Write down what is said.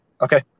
Okay